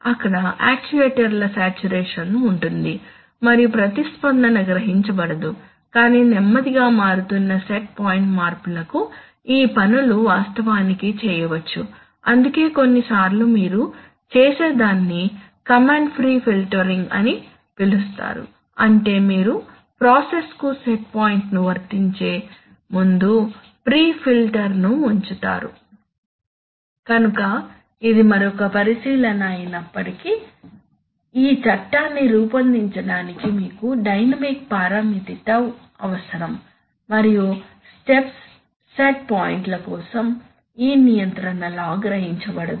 అక్కడ యాక్చుయేటర్ల సాచురేషన్ ఉంటుంది మరియు ప్రతిస్పందన గ్రహించబడదు కాని నెమ్మదిగా మారుతున్న సెట్ పాయింట్ మార్పులకు ఈ పనులు వాస్తవానికి చేయవచ్చు అందుకే కొన్నిసార్లు మీరు చేసేదాన్ని కమాండ్ ప్రీ ఫిల్టరింగ్ అని పిలుస్తారు అంటే మీరు ప్రాసెస్కు సెట్ పాయింట్ను వర్తించే ముందు ప్రీ ఫిల్టర్ను ఉంచుతారు కనుక ఇది మరొక పరిశీలన అయినప్పటికీ ఈ చట్టాన్ని రూపొందించడానికి మీకు డైనమిక్ పారామితి టౌ అవసరం మరియు స్టెప్స్ సెట్ పాయింట్ల కోసం ఈ నియంత్రణ లా గ్రహించబడదు